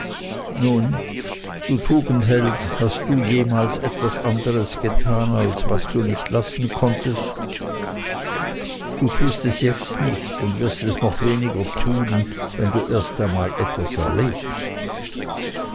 nun du tugendheld hast du jemals etwas anderes getan als was du nicht lassen konntest du tust es jetzt nicht und wirst es noch weniger tun wenn du erst einmal etwas erlebst